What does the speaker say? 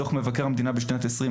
זה דו"ח מבקר המדינה משנת 2020,